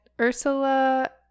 Ursula